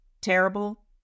terrible